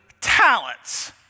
talents